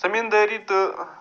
زٔمیٖن دٲری تہٕ